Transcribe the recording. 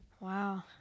Wow